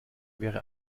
wäre